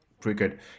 cricket